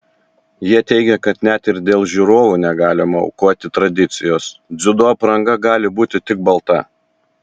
jie teigia kad net ir dėl žiūrovų negalima aukoti tradicijos dziudo apranga gali būti tik balta